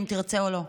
אם תרצה או לא.